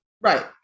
right